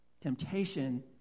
Temptation